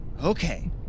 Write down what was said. Okay